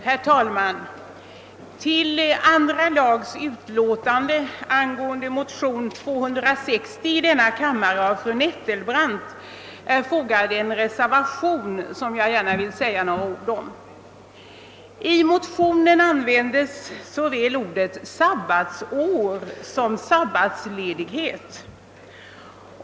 Herr talman! Till andra Jagutskottets utlåtande i anledning av motion nr 260 i denna kammare av fru Nettelbrandt är fogad en reservation som jag gärna vill säga några ord om. I motionen förekommer såväl ordet sabbatsår som ordet sabbatsledighet.